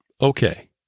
Okay